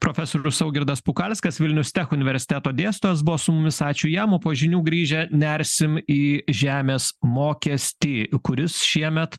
profesorius saugirdas pukalskas vilnius tech universiteto dėstytojas buvo su mumis ačiū jam o po žinių grįžę nersim į žemės mokestį kuris šiemet